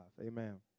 Amen